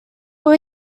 will